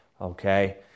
okay